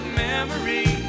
memory